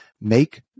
make